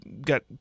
got